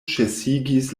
ĉesigis